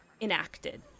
enacted